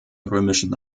römischen